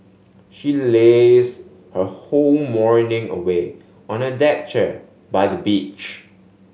she lazed her whole morning away on a deck chair by the beach